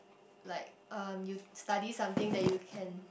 like um you study something that you can